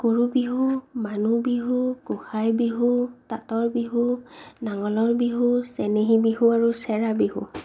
গৰু বিহু মানুহ বিহু গোসাই বিহু তাতৰ বিহু নাঙলৰ বিহু চেনেহী বিহু আৰু চেৰা বিহু